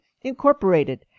Incorporated